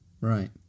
Right